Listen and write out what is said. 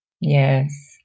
Yes